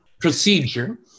procedure